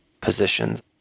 positions